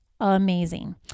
amazing